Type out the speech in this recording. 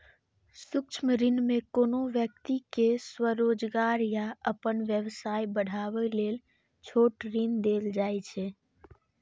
सूक्ष्म ऋण मे कोनो व्यक्ति कें स्वरोजगार या अपन व्यवसाय बढ़ाबै लेल छोट ऋण देल जाइ छै